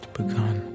begun